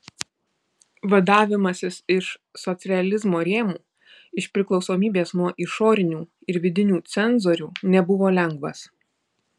vadavimasis iš socrealizmo rėmų iš priklausomybės nuo išorinių ir vidinių cenzorių nebuvo lengvas